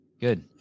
Good